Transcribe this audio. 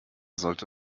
sollte